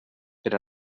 per